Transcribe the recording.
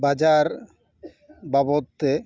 ᱵᱟᱡᱟᱨ ᱵᱟᱵᱚᱫᱽ ᱛᱮ